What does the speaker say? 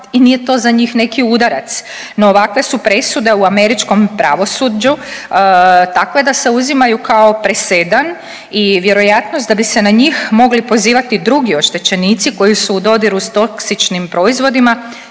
i nije to za njih neki udarac, no ovakve su presude u američkom pravosuđu takve da se uzimaju kao presedan i vjerojatnost da bi se na njih mogli pozivati drugi oštećenici koji su u dodiru s toksičnim proizvodima